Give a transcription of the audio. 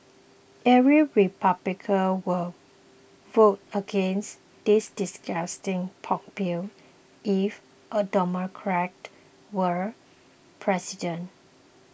every Republican would vote against this disgusting pork bill if a Democrat were president